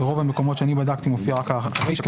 ברוב המקומות שאני בדקתי מופיע רק הרישא